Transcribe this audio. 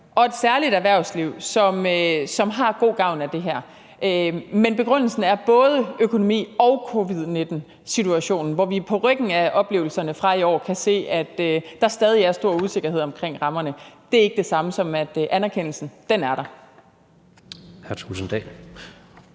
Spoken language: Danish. for et særligt erhvervsliv, som har god gavn af det her. Men begrundelsen er både økonomi og covid-19-situationen, hvor vi på ryggen af oplevelserne fra i år kan se, at der stadig er stor usikkerhed omkring rammerne – det er ikke det samme, som at anerkendelsen ikke er der.